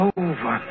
over